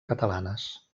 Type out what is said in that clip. catalanes